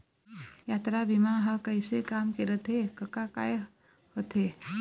यातरा बीमा ह कइसे काम के रथे कका काय होथे?